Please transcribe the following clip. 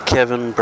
Kevin